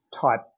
type